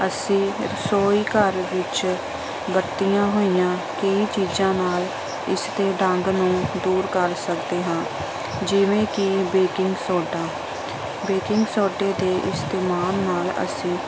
ਅਸੀਂ ਰਸੋਈ ਘਰ ਵਿੱਚ ਵਰਤੀਆਂ ਹੋਈਆਂ ਕਈ ਚੀਜ਼ਾਂ ਨਾਲ ਇਸ ਦੇ ਡੰਗ ਨੂੰ ਦੂਰ ਕਰ ਸਕਦੇ ਹਾਂ ਜਿਵੇਂ ਕਿ ਬੇਕਿੰਗ ਸੋਡਾ ਬੇਕਿੰਗ ਸੋਡੇ ਦੇ ਇਸਤੇਮਾਲ ਨਾਲ ਅਸੀਂ